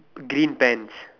green pants